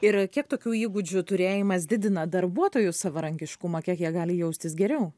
ir kiek tokių įgūdžių turėjimas didina darbuotojų savarankiškumą kiek jie gali jaustis geriau